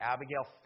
Abigail